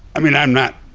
i mean, i'm not